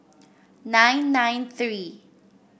nine nine three